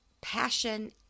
passion